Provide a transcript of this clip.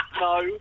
No